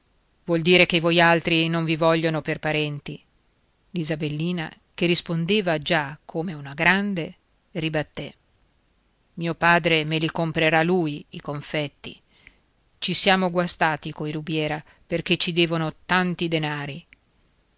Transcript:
vuol dire che voialtri non vi vogliono per parenti l'isabellina che rispondeva già come una grande ribatté mio padre me li comprerà lui i confetti ci siamo guastati coi rubiera perché ci devono tanti denari